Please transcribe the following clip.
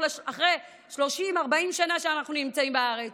אחרי 30, 40 שנה שאנחנו נמצאים בארץ.